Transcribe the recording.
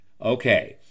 Okay